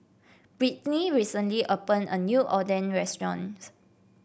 Britney recently opened a new Oden restaurants